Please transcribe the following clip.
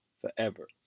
forever